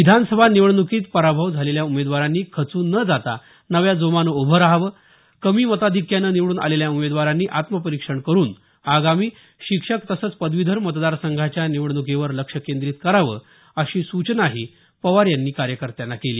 विधानसभा निवडणुकीत पराभव झालेल्या उमेदवारांनी खचून न जाता नव्या जोमानं उभं रहावं कमी मताधिक्यानं निवडून आलेल्या उमेदवारांनी आत्मपरिक्षण करून आगामी शिक्षक तसंच पदवीधर मतदार संघाच्या निवडणुकीवर लक्ष केंद्रीत करावं अशी सूचनाही पवार यांनी कार्यकर्त्यांना केली